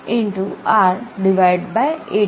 R 8R